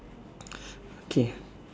okay